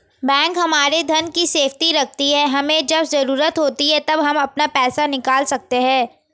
bank हमारे धन की सेफ्टी रखती है हमे जब जरूरत होती है तब हम अपना पैसे निकल सकते है